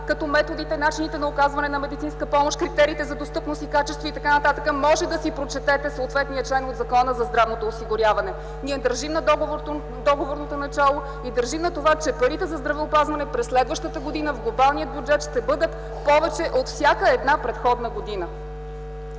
като методите и начините на оказване на медицинска помощ, критериите за достъпност и качество и т.н. Можете да си прочетете съответния член от Закона за здравното осигуряване. Ние държим да договорното начало. А парите за здравеопазване през следващата година в глобалния бюджет ще бъдат повече от всяка предходна година.